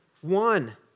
One